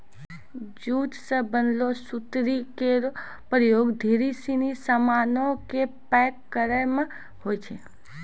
jute सें बनलो सुतरी केरो प्रयोग ढेरी सिनी सामानो क पैक करय म होय छै